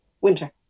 winter